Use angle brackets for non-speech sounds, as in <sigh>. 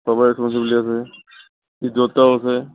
চবৰে ৰেছপন্ছিবিলিটি আছে <unintelligible> আছে